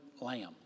lamb